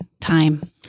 time